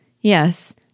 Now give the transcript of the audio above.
Yes